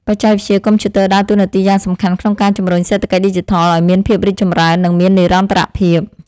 បច្ចេកវិទ្យាកុំព្យូទ័រដើរតួនាទីយ៉ាងសំខាន់ក្នុងការជំរុញសេដ្ឋកិច្ចឌីជីថលឱ្យមានភាពរីកចម្រើន និងមាននិរន្តរភាព។